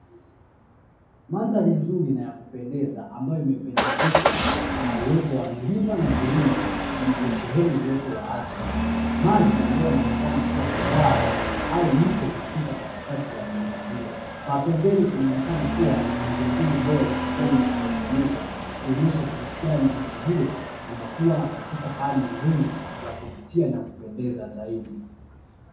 Mandhari nzuri na ya kupendeza ambayo imependezeshwa na uwepo wa milima na vilima vilivyosheheni uoto wa asili, maji ambayo yanaonekana kuwa ni bwawa au mto unapita katikati ya milima hiyo kwa pembeni kunaonekana kuwa na miundombinu bora, ambayo imetengenezwa kuonyesha jinsi gani eneo hilo linakuwa katika hali nzuri ya kuvutia na kupendeza zaidi.